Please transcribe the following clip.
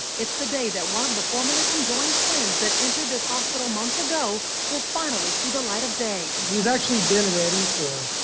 it's the day that one of the formerly conjoined twins that entered this hospital months ago will finally see the light of day. he's actually been ready for,